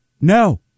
No